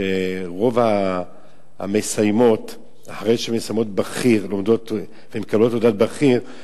שרוב המסיימות אחרי שהן מסיימות את לימודיהן ומקבלות תעודת בכיר,